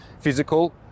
physical